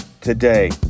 today